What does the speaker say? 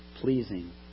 pleasing